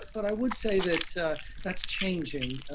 but i would say that that's changing,